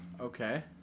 Okay